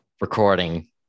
Recording